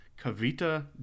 Kavita